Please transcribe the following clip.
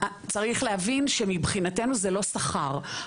צריך להבין שמבחינתנו זה לא שכר,